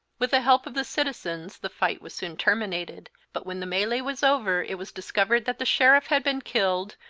with the help of the citizens the fight was soon terminated, but when the melee was over it was discovered that the sheriff had been killed,